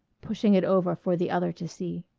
pushing it over for the other to see.